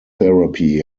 therapy